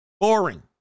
Boring